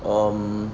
um